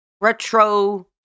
retro